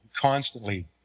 constantly